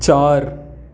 चार